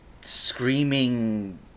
screaming